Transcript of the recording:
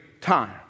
time